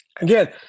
Again